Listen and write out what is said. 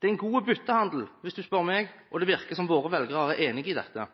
Det er en god byttehandel hvis du spør meg, og det virker som våre velgere er enige i